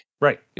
right